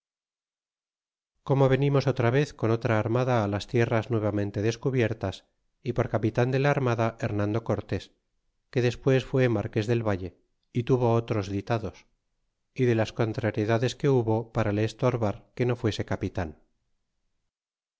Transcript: como venimos otra vez con otra armada á las tierras nuevamente descubiertas y por capitan de la armada ilernan lo cortés que despues fud marques del valle y tuvo otros ditados y de las contrariedades que hubo para le estorbar que no fuese capitan